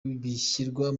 bishyirwa